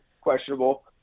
questionable